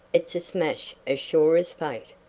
it's a smash as sure as fate,